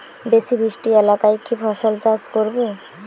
বেশি বৃষ্টি এলাকায় কি ফসল চাষ করব?